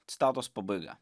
citatos pabaiga